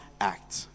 act